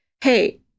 hey